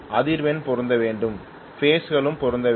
அதிர்வெண்கள் பொருந்த வேண்டும் பேஸ் களும் பொருந்த வேண்டும்